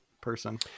person